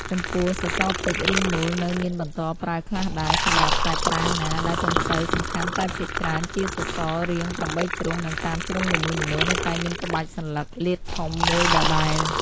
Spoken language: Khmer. ចំពោះសសរពេជ្ររាងមូលនៅមានបន្តប្រើខ្លះដែរ សម្រាប់តែប្រាង្គណាដែលពុំសូវសំខាន់តែភាគច្រើនជាសសររាង ៨ ជ្រុង និងតាមជ្រុងនីមួយៗនៅតែមានក្បាច់សន្លឹកលាតធំមួយដដែល។